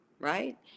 right